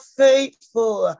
faithful